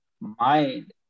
Mind